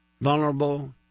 vulnerable